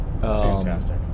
fantastic